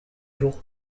jour